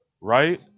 right